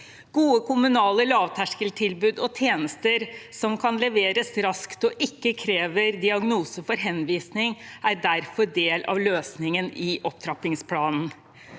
Gode kommunale lavterskeltilbud og tjenester som kan leveres raskt, og som ikke krever diagnose for henvisning, er derfor en del av løsningen i opptrappingsplanen.